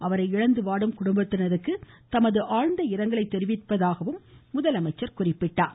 அவரை இழந்து வாடும் குடும்பத்தினருக்கு தமது ஆழ்ந்த இரங்கலை தெரிவிப்பதாகவும் குறிப்பிட்டுள்ளார்